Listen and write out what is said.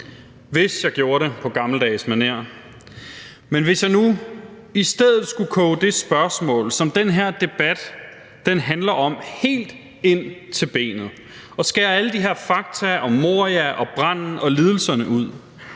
hvis jeg holdt den på gammeldags manér. Men hvis nu jeg i stedet skulle skære det spørgsmål, som den her debat handler om, helt ind til benet og skære alle de her fakta om Moria og branden og lidelserne